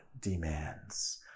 demands